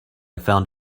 found